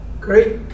Great